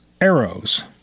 arrows